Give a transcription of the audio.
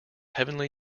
heavenly